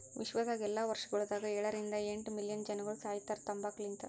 ವಿಶ್ವದಾಗ್ ಎಲ್ಲಾ ವರ್ಷಗೊಳದಾಗ ಏಳ ರಿಂದ ಎಂಟ್ ಮಿಲಿಯನ್ ಜನಗೊಳ್ ಸಾಯಿತಾರ್ ತಂಬಾಕು ಲಿಂತ್